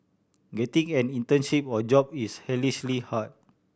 getting an internship or job is hellishly hard